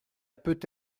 peut